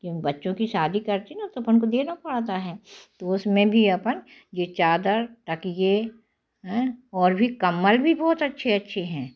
क्यों बच्चों की शादी करती ना तो अपन को देना पड़ता है तो उसमें भी अपन ये चादर तकिये हैं और भी कंबल भी बहुत अच्छे अच्छे हैं